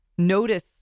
Notice